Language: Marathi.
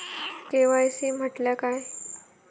के.वाय.सी म्हटल्या काय?